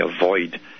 avoid